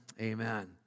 amen